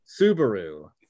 subaru